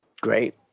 Great